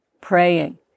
praying